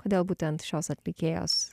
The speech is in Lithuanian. kodėl būtent šios atlikėjos